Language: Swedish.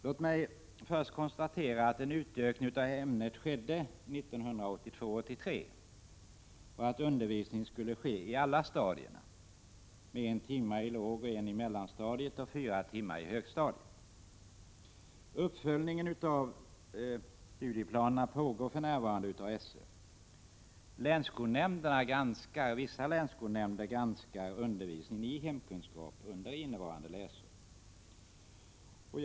Låt mig först konstatera att en utökning av ämnet skett 1982/83, innebärande att undervisning skulle meddelas på alla stadier med en timme på lågstadiet, en timme på mellanstadiet och fyra timmar på högstadiet. Uppföljningen av studieplanerna pågår för närvarande inom SÖ. Vissa länsskolnämnder granskar undervisningen i hemkunskap under innevarande läsår.